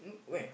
um where